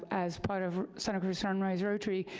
as part of santa cruz sunrise rotary,